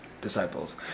Disciples